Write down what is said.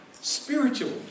spiritual